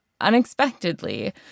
unexpectedly